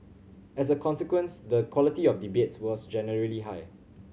as a consequence the quality of debates was generally high